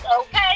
Okay